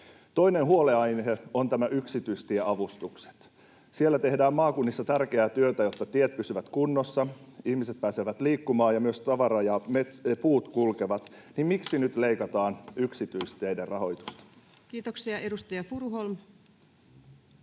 Toinen huolenaihe on yksityistieavustukset. Siellä tehdään maakunnissa tärkeää työtä, jotta tiet pysyvät kunnossa, ihmiset pääsevät liikkumaan ja myös tavara ja puut kulkevat. Miksi nyt leikataan yksityisteiden rahoitusta? [Speech 413] Speaker: